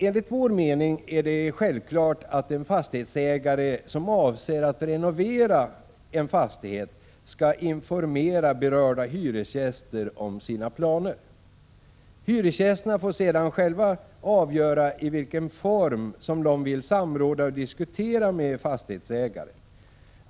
Enligt vår mening är det självklart att en fastighetsägare som avser att renovera en fastighet skall informera berörda hyresgäster om sina planer. Hyresgästerna får sedan själva avgöra i vilken form de vill samråda och diskutera med fastighetsägaren.